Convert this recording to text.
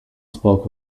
spoke